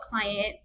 client